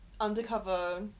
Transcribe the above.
undercover